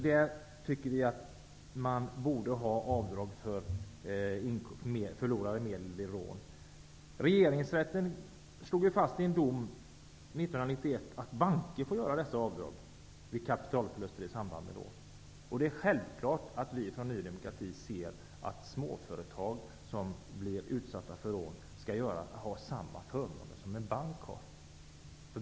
Vi tycker att det borde finnas avdrag för förlorade medel vid rån. Regeringsrätten slog i en dom 1991 fast att banker får göra dessa avdrag vid kapitalförluster i samband med rån. Vi i Ny demokrati ser självfallet att småföretag som blir utsatta för rån skall ha samma förmåner som en bank.